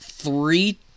Three